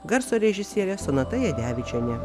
garso režisierė sonata jadevičienė